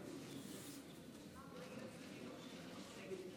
(חותם על